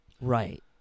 Right